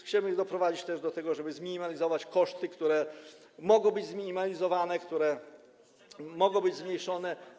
Chcemy doprowadzić też do tego, żeby zminimalizować koszty, które mogą być zminimalizowane, które mogą być zmniejszone.